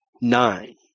nine